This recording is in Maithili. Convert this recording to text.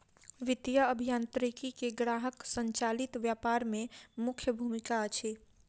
वित्तीय अभियांत्रिकी के ग्राहक संचालित व्यापार में मुख्य भूमिका अछि